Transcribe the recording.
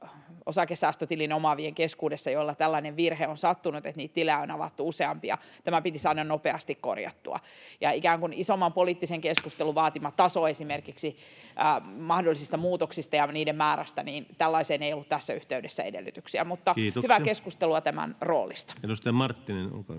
osakesäästötilin omaavien keskuudessa, joilla tällainen virhe on sattunut, että niitä tilejä on avattu useampia. Tämä piti saada nopeasti korjattua, ja ikään kuin isomman poliittisen keskustelun vaatimaan tasoon esimerkiksi mahdollisista muutoksista ja niiden määrästä ei ollut tässä yhteydessä edellytyksiä. [Puhemies: Kiitoksia!] Mutta hyvää keskustelua tämän roolista. Edustaja Marttinen, olkaa hyvä.